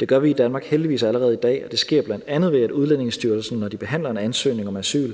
Det gør vi heldigvis allerede i dag i Danmark, og det sker bl.a. ved, at Udlændingestyrelsen, når de behandler en ansøgning om asyl,